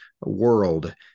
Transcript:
world